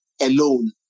alone